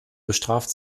bestraft